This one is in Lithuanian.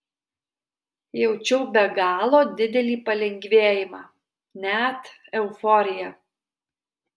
jaučiau be galo didelį palengvėjimą net euforiją